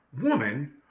woman